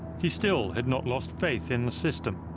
he still had not lost faith in the system.